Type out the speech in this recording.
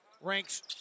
ranks